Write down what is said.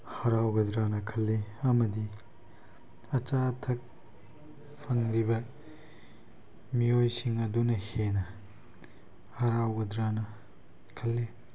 ꯍꯔꯥꯎꯒꯗ꯭ꯔꯅ ꯈꯜꯂꯤ ꯑꯃꯗꯤ ꯑꯆꯥ ꯑꯊꯛ ꯐꯪꯂꯤꯕ ꯃꯤꯑꯣꯏꯁꯤꯡ ꯑꯗꯨꯅ ꯍꯦꯟꯅ ꯍꯔꯥꯎꯒꯗ꯭ꯔꯅ ꯈꯜꯂꯤ